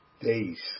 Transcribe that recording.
days